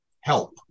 help